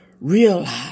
realize